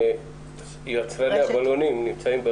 "ההנחיות האירופיות" ההנחיות וההמלצות